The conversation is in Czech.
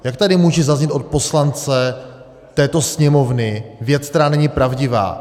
Jak tady může zaznít od poslance této Sněmovny věc, která není pravdivá.